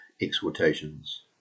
exhortations